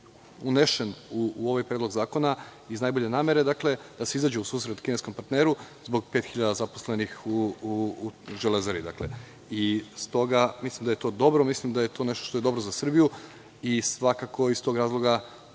unesen u ovaj predlog zakona iz najbolje namere, da se izađe u susret kineskom partneru zbog 5.000 zaposlenih u „Železari“.Stoga mislim da je to dobro, mislim da je to nešto što je dobro za Srbiju i svakako iz tog razloga